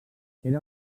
era